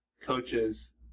coaches